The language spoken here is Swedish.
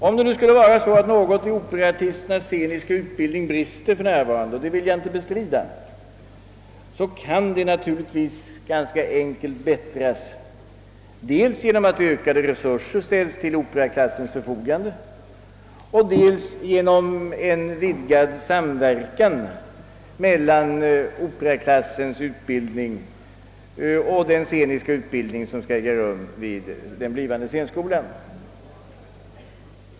Om något för närvarande brister i operaartisternas sceniska utbildning — jag vill inte bestrida möjligheten härav — kan en förbättring i detta avseende ganska enkelt uppnås dels genom att ökade resurser ställs till operaklassens förfogande, dels genom att en vidgad samverkan sker mellan operaklassens utbildning och den sceniska utbildning som skall äga rum vid den blivande scenskolan.